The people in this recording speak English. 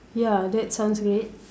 ya that sounds great